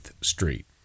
street